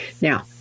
Now